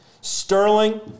Sterling